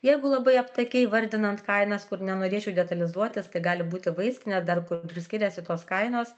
jeigu labai aptakiai vardinant kainas kur nenorėčiau detalizuotis tai gali būti vaistinė dar kur skiriasi tos kainos